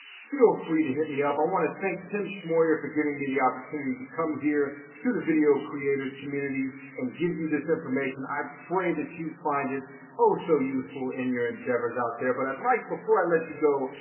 feel free to hit me up. i want to thank tim schmoyer for giving me the opportunity to come here to the video creators community and give you this information. i pray that you find it oh so useful in your endeavors out there. but i'd like, before i let you go,